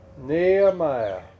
Nehemiah